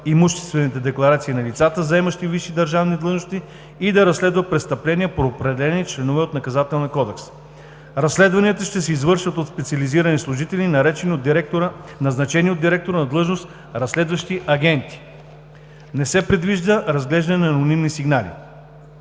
имуществените декларации на лицата, заемащи висши държавни длъжности, и да разследва престъпления по определени членове от Наказателния кодекс. Разследванията ще се извършват от специализирани служители, назначени от директора на длъжност „разследващи агенти“. Не се предвижда разглеждане на анонимни сигнали.